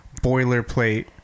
boilerplate